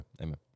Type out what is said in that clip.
Amen